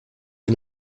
des